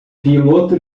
piloto